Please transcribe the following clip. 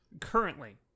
Currently